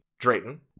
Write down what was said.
Drayton